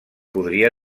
podria